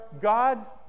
God's